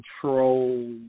control